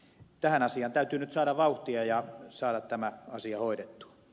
tähän asiaan täytyy nyt saada vauhtia ja saada tämä asia hoidettua